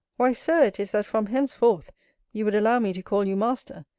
why, sir, it is, from henceforth you would allow me to call you master,